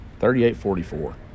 38-44